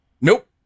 nope